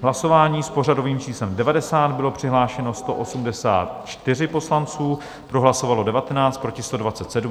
Hlasování s pořadovým číslem 90, bylo přihlášeno 184 poslanců, pro hlasovalo 19, proti 127.